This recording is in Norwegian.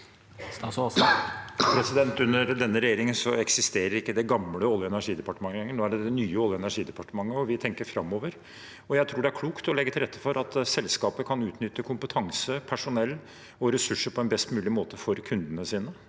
Under denne re- gjeringen eksisterer ikke det gamle Olje- og energidepartementet lenger. Nå er det det nye Olje- og energidepartementet, og vi tenker framover. Jeg tror det er klokt å legge til rette for at selskaper kan utnytte kompetanse, personell og ressurser på en best mulig måte for kundene sine,